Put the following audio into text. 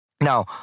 Now